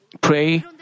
pray